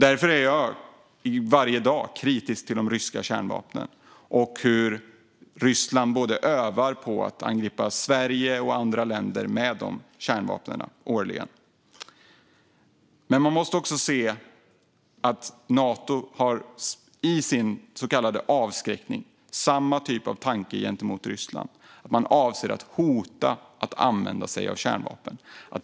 Därför är jag varje dag kritisk till de ryska kärnvapnen och hur Ryssland årligen övar på att angripa både Sverige och andra länder med de kärnvapnen. Men man måste också se att Nato i sin så kallade avskräckning har samma typ av tanke gentemot Ryssland. Man avser att hota med att använda sig av kärnvapen.